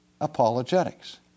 apologetics